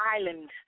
Island